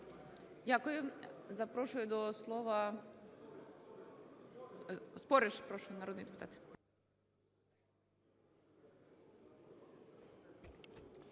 Дякую. Запрошую до слова… Спориш, прошу, народний депутат.